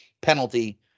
penalty